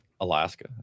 Alaska